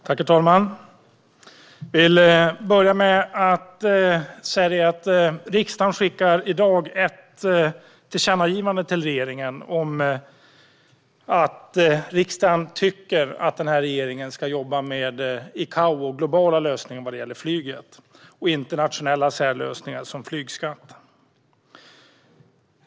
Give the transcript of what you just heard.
Herr talman! Riksdagen skickar i dag ett tillkännagivande till regeringen om att riksdagen tycker att regeringen ska jobba med ICAO och globala lösningar vad gäller flyget och inte med nationella särlösningar som flygskatt.